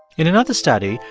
in another study,